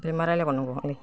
आरो मा रायज्लायबावनांगौ